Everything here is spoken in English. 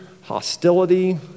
hostility